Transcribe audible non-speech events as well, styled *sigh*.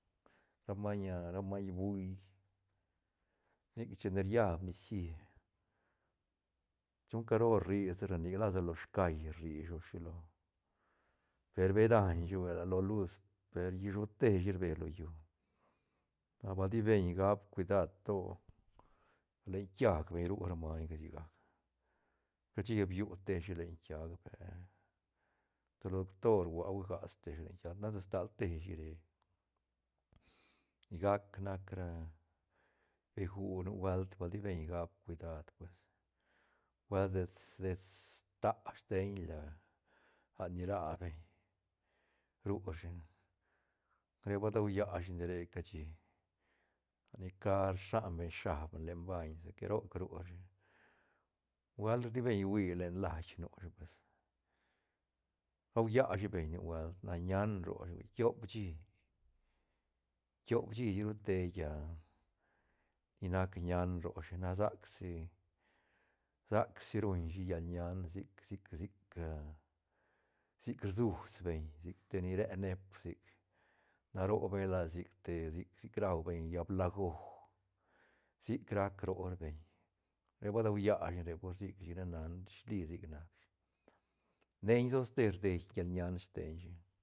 Ra maiñ *hesitation* ra maiñ buil nic chine riad nicií chun caro ri sa ra nic lasa lo scai rrishi o shilo per be dañshi huila lo luz per ishuteshi rbe lo llú na bal ti beñ gap cuidad to len kia beñ ru ra maiñga sigac cashi ba biu teshi len kiaga per ta lo doctor huaá guigas teshi len kiaga lasa stal teshi re sigac nac ra begu nubuelt ba ti beñ gap cuidad pues nubuelt dets- dets dä steiñla lat ni ra beñ rushi nare ba dau llashi nare cashi lat ni ca rsan beñ shab beñ len baiñ seque roc rushi nubuelt ti beñ hui len lait nushi pues rau llashi beñ nubuelt na ñan roshi hui tiop chí-tiop chí chic ru tei *hesitation* ni nac ñan roshi na sac si- sac si ruñ shi llal ñan sic- sic- sic *hesitation* sic rsus beñ sic te ni re neep sic na ro beñ lasa sic te sic- sic rua beñ llaä blajo sic rac ro ra beñ na re ba dau llashi na re pur sic chic ne nana disli sic nac shi, nei soste rdei shial ñañ steiñ shi.